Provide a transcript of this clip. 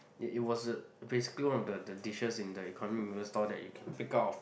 it it was a basically one of the the dishes in the economic noodle store that you can pick out of